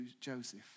Joseph